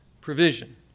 provision